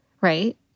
right